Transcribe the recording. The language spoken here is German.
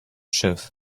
schiff